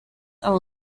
are